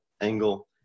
angle